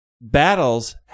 battles